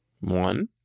One